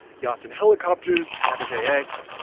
yachts and helicopters. faberge eggs.